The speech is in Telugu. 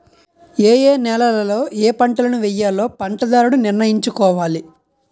ఏయే నేలలలో ఏపంటలను వేయాలో పంటదారుడు నిర్ణయించుకోవాలి